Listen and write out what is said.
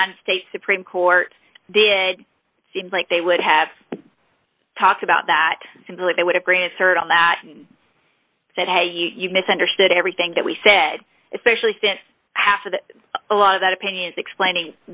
united states supreme court did seems like they would have talked about that simply they would have grant cert on that and said hey you misunderstood everything that we said especially since half of the a lot of that opinion explaining